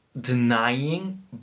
denying